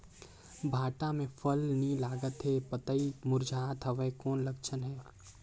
भांटा मे फल नी लागत हे पतई मुरझात हवय कौन लक्षण हे?